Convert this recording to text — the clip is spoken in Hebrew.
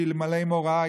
שאלמלא מוראה,